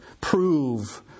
prove